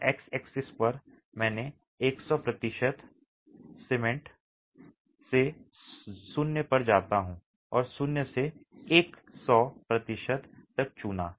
तो x axis पर मैं 100 प्रतिशत सीमेंट से 0 पर जाता हूं और 0 से 100 प्रतिशत तक चूना